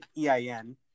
EIN